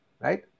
right